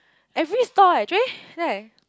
every store eh Jay said